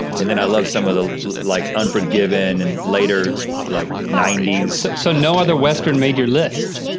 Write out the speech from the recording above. and then i love some of the like, unforgiven and, later, like ninety s. so no other western made your list?